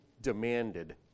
demanded